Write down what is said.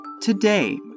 Today